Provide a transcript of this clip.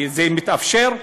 זה מתאפשר?